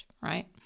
right